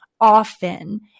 often